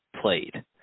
played